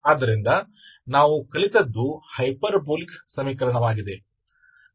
ಆದ್ದರಿಂದ ನಾವು ಕಲಿತದ್ದು ಹೈಪರ್ಬೋಲಿಕ್ ಸಮೀಕರಣವಾಗಿದೆ